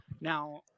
Now